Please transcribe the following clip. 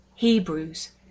Hebrews